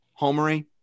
homery